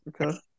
Okay